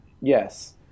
Yes